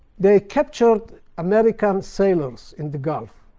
they captured american sailors in the gulf,